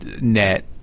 net